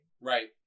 Right